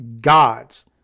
gods